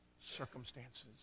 circumstances